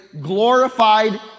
glorified